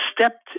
stepped